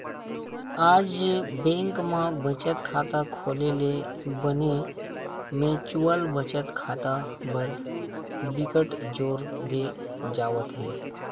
आज बेंक म बचत खाता खोले ले बने म्युचुअल बचत खाता बर बिकट जोर दे जावत हे